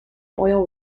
oil